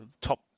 top